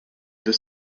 deux